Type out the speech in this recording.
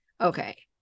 okay